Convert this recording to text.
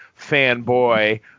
fanboy